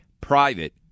private